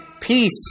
Peace